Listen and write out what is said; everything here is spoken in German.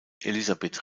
elisabeth